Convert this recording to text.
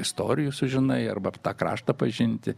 istorijų sužinai arba tą kraštą pažinti